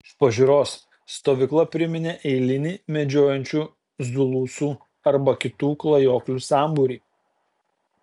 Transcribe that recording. iš pažiūros stovykla priminė eilinį medžiojančių zulusų arba kitų klajoklių sambūrį